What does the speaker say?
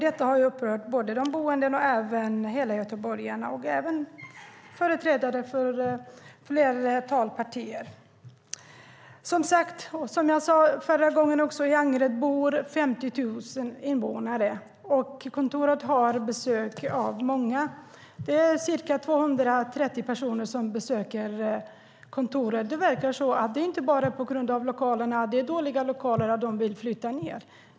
Detta har upprört boende, alla göteborgare och även företrädare för ett flertal partier. Som jag sade förra gången är det 50 000 invånare i Angered. Kontoret har besök av många personer. Det är ca 230 personer som besöker kontoret. Det är inte bara på grund av att de har dåliga lokaler som de vill flytta.